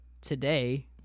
today